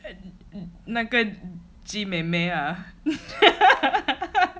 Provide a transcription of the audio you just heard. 那个 G 妹妹啊